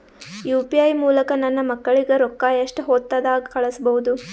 UPI ಮೂಲಕ ನನ್ನ ಮಕ್ಕಳಿಗ ರೊಕ್ಕ ಎಷ್ಟ ಹೊತ್ತದಾಗ ಕಳಸಬಹುದು?